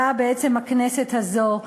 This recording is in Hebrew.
באה הכנסת הזאת,